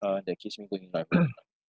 uh that keeps me going in life